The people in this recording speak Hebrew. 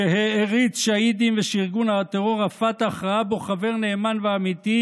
שהעריץ שהידים ושארגון הטרור פתח ראה בו חבר נאמן ואמיתי,